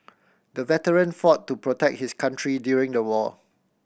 the veteran fought to protect his country during the war